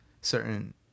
certain